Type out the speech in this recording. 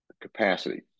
capacity